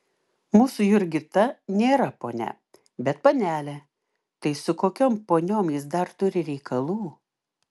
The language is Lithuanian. mūsų jurgita nėra ponia bet panelė tai su kokiom poniom jis dar turi reikalų